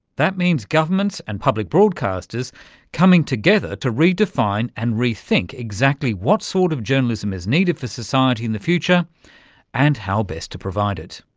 that means governments and public broadcasters coming together to redefine and rethink exactly what sort of journalism is needed for society in the future and how best to provide it.